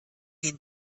den